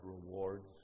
rewards